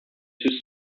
two